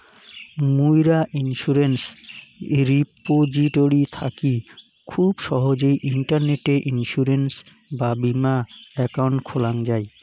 মুইরা insurance repository থাকি খুব সহজেই ইন্টারনেটে ইন্সুরেন্স বা বীমা একাউন্ট খোলাং যাই